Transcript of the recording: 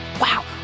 wow